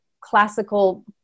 classical